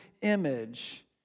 image